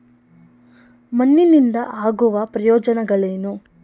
ಮಣ್ಣಿನಿಂದ ಆಗುವ ಪ್ರಯೋಜನಗಳೇನು?